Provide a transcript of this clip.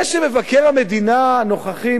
זה שמבקר המדינה הנוכחי,